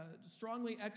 strongly